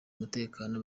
umutekano